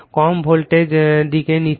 কম voltage দিক নিচ্ছে